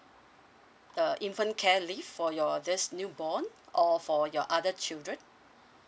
uh infant care leave for your thiis new born or for your other children